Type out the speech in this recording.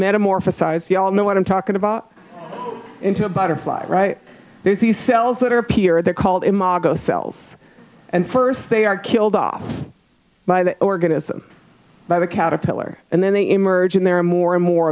metamorphosis you all know what i'm talking about into a butterfly there's these cells that are appear they're called imago cells and first they are killed off by the organism by the caterpillar and then they emerge and there are more and more